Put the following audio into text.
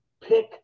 pick